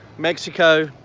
mexico,